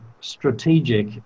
strategic